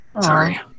Sorry